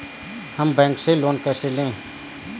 हम बैंक से लोन कैसे लें?